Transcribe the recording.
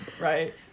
right